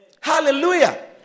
Hallelujah